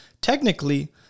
Technically